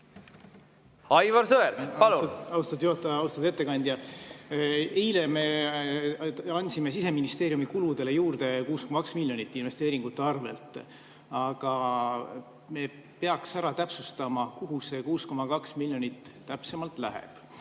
Aivar Sõerd, palun! Austatud juhataja! Austatud ettekandja! Eile me andsime Siseministeeriumi kuludele juurde 6,2 miljonit investeeringute arvelt, aga me peaks täpsustama, kuhu see 6,2 miljonit täpsemalt läheb.